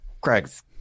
Craig's